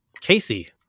Casey